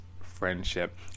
friendship